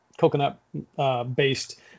coconut-based